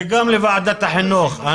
וגם לוועדת החינוך.